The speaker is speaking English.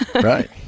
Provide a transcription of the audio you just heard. Right